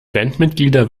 bandmitglieder